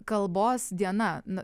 kalbos diena na